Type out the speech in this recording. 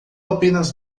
apenas